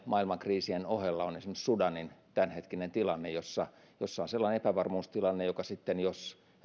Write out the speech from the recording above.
maailman kriisien ohella on esimerkiksi sudanin tämänhetkinen tilanne jossa on sellainen epävarmuustilanne joka sitten jos